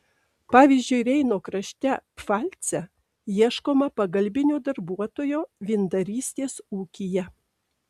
pavyzdžiui reino krašte pfalce ieškoma pagalbinio darbuotojo vyndarystės ūkyje